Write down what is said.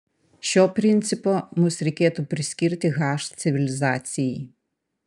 šio principo mus reikėtų priskirti h civilizacijai